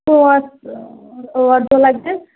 پانٛژھ ٲٹھ دۄہ لَگنَس